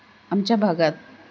आमच्या भागात